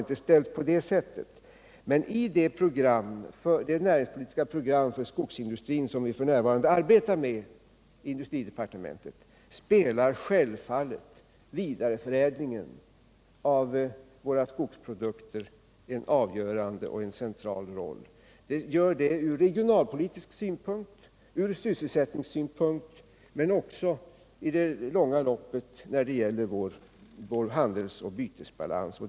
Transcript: I det näringspolitiska program för skogsindustrin som vi f. n. arbetar med i industridepartementet spelar självfallet vidareförädlingen av våra 135 skogsprodukter en avgörande och central roll. Så är fallet ur regionalpolitisk synvinkel och ur sysselsättningssynpunkt men också i det långa loppet när det gäller utvecklingen av vår handelsoch bytesbalans.